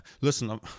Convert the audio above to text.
listen